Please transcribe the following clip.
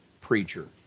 preacher